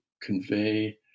convey